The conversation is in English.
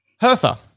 Hertha